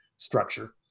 structure